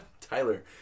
Tyler